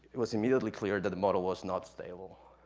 it was immediately clear that the model was not stable,